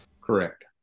Correct